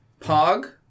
Pog